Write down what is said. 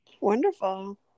wonderful